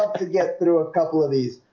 to get through a couple of these